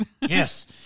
Yes